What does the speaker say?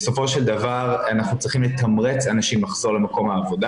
בסופו של דבר אנחנו צריכים לתמרץ אנשים לחזור למקום העבודה